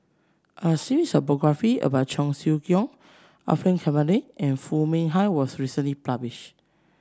a series of biography about Cheong Siew Keong Orfeur Cavenagh and Foo Mee Har was recently published